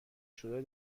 شده